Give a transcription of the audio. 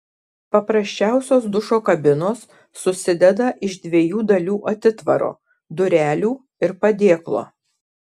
paprasčiausios dušo kabinos susideda iš dviejų dalių atitvaro durelių ir padėklo